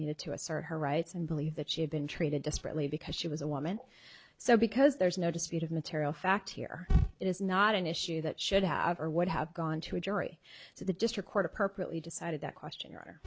needed to assert her rights and believe that she had been treated desperately because she was a woman so because there is no dispute of material fact here it is not an issue that should have or would have gone to a jury so the district court appropriately decided that question or